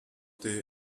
der